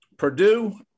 Purdue